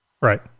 Right